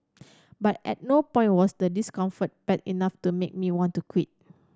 but at no point was the discomfort bad enough to make me want to quit